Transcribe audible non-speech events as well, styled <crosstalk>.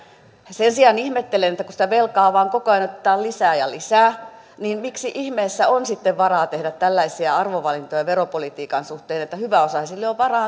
sen sijaan ihmettelen että kun sitä velkaa vain koko ajan otetaan lisää ja lisää niin miksi ihmeessä on sitten varaa tehdä tällaisia arvovalintoja veropolitiikan suhteen hyväosaisille on varaa <unintelligible>